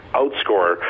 outscore